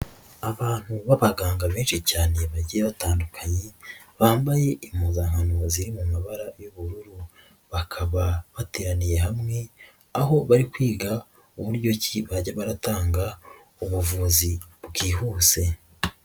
Abantu b'abaganga benshi cyane bagiye batandukanye bambaye impozanano ba ziri mu mabara y'ubururu bakaba bateraniye hamwe aho bari kwiga uburyo ki bajya baratanga ubuvuzi bwihuse.